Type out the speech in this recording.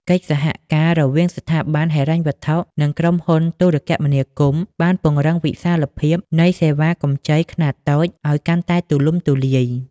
កិច្ចសហការរវាងស្ថាប័នហិរញ្ញវត្ថុ និងក្រុមហ៊ុនទូរគមនាគមន៍ បានពង្រីកវិសាលភាពនៃសេវាកម្ចីខ្នាតតូចឱ្យកាន់តែទូលំទូលាយ។